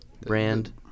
brand